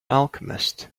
alchemist